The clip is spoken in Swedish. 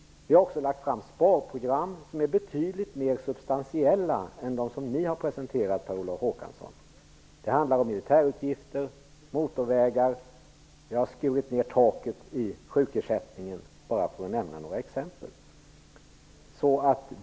Vi har också lagt fram sparprogram som är betydligt mer substantiella än de ni har presenterat, Per Olof Håkansson. Det handlar om militärutgifter, motorvägar, en sänkning av taket i sjukersättningen, för att nämna några exempel.